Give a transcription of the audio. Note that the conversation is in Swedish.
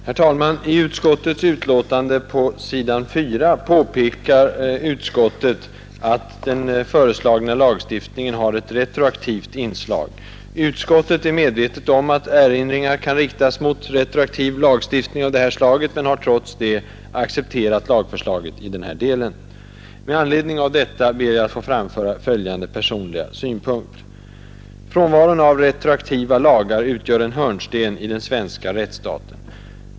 Herr talman! På s. 4 i betänkandet påpekar utskottet att den föreslagna lagstiftningen har ett retroaktivt inslag: Utskottet är medvetet om att erinringar kan riktas mot retroaktiv lagstiftning av detta slag, men har trots det accepterat lagförslaget i denna del. Med anledning härav ber jag att få framföra följande personliga synpunkt. Frånvaron av retroaktiva lagar utgör en hörnsten i den svenska rättsstaten.